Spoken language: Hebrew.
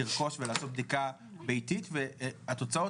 לרכוש ולעשות בדיקה ביתית והתוצאות